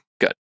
good